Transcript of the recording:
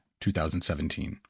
2017